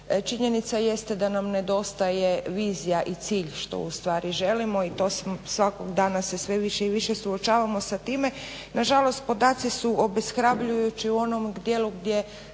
činjenica jeste da nam nedostaje vizija i cilj što ustvari želimo i svakog dana se sve više i više suočavamo sa time. Nažalost podaci su obeshrabrujući u onom dijelu gdje